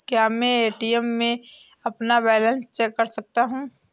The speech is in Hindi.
क्या मैं ए.टी.एम में अपना बैलेंस चेक कर सकता हूँ?